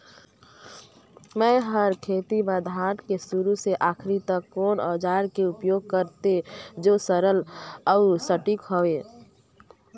मै हर खेती म धान के शुरू से आखिरी तक कोन औजार के उपयोग करते जो सरल अउ सटीक हवे?